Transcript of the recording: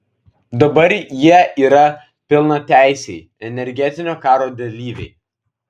dabar jie yra pilnateisiai energetinio karo dalyviai